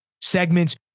segments